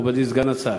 מכובדי סגן השר,